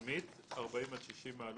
קדמית 40 עד 60 מעלות,